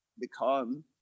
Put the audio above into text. become